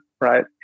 right